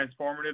transformative